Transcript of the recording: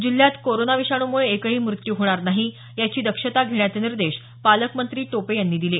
जिल्ह्यात कोरोना विषाणूमुळे एकही मृत्यू होणार नाही याची दक्षता घेण्याचे निर्देश पालकमंत्री टोपे यांनी दिले